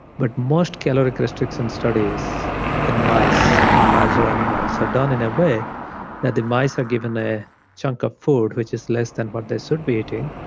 but most caloric restriction studies in mice and larger animals are done in a way that the mice are given their ah chunk of food which is less than what they should be eating.